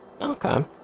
Okay